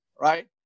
right